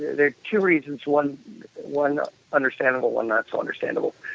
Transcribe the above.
there are two reasons, one one understandable, one not so understandable,